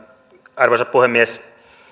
arvoisa puhemies